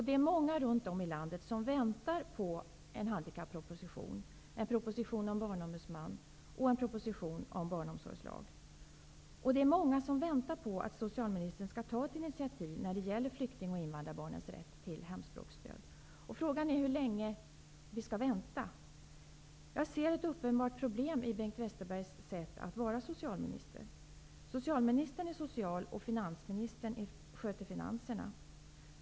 Det är många som runt om i landet väntar på en handikapproposition, en proposition om en barnombudsman och en proposition om barnomsorgslag. Det är många som väntar på att socialministern skall ta ett initiativ när det gäller flykting och invandrarbarnens rätt till hemspråksstöd. Frågan är hur länge vi skall vänta. Jag ser ett uppenbart problem för Bengt Westerberg att vara socialminister. Han sköter det sociala, och finansministern sköter finanserna.